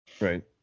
Right